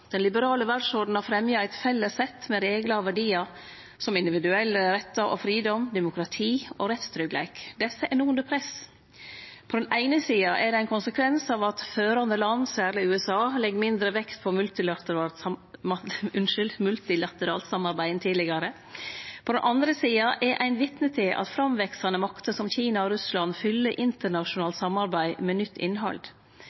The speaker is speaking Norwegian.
Den liberale verdsordenen har fremja eit sett med reglar og verdiar, som individuelle rettar og fridom, demokrati og rettstryggleik. Dette er no under press. På den eine sida er det ein konsekvens av at førande land, særleg USA, legg mindre vekt på multilateralt samarbeid enn tidlegare. På den andre sida er ein vitne til at framveksande makter som Kina og Russland fyller